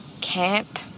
camp